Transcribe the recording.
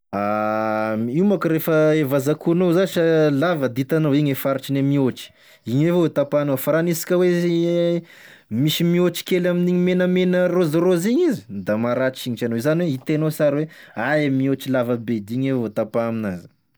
Io mako refa e vazakohonao zasy ah lava da hitanao igny e faritrine mihoatry, igny avao tapahinao fa raha aniasika oe misy mihoatry kely amin'igny menamena rôzirôzy igny izy da maratry singitry anao, zany oe hitenao sara oe aia mihoatry e lavabe da igny avao e tapà aminazy.